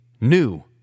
new